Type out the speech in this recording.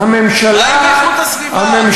מה עם איכות הסביבה?